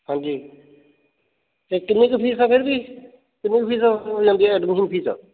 ਹਾਂਜੀ ਅਤੇ ਕਿੰਨੀ ਕੁ ਫੀਸ ਹੈ ਫਿਰ ਵੀ ਕਿੰਨੀ ਕੁ ਫੀਸ ਹੋ ਜਾਂਦੀ ਹੈ ਐਡਮਿਸ਼ਨ ਫੀਸ